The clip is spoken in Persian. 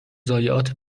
ضایعات